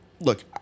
look